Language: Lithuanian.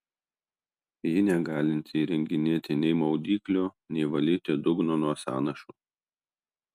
ji negalinti įrenginėti nei maudyklių nei valyti dugno nuo sąnašų